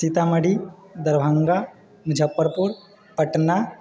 Sitamarhi Darbhanga Muzaffarpur Patna